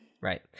Right